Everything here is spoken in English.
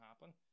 happen